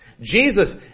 Jesus